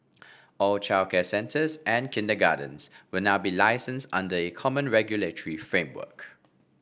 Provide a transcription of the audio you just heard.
all childcare centres and kindergartens will now be licensed under a common regulatory framework